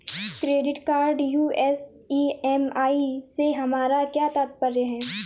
Credit card U S EMI हमारा क्या तात्पर्य है?